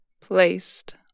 placed